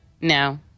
No